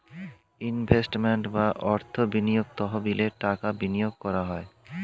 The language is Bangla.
ইনভেস্টমেন্ট বা অর্থ বিনিয়োগ তহবিলে টাকা বিনিয়োগ করা হয়